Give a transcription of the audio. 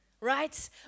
right